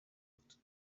بود